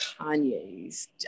Kanye's